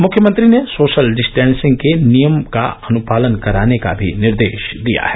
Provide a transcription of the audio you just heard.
मुख्यमंत्री ने social distancing के नियम का अनुपालन कराने का भी निर्देश दिया हैं